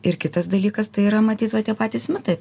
ir kitas dalykas tai yra matyt tie patys mitai